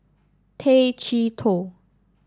Tay Chee Toh